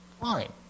fine